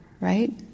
Right